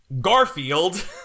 Garfield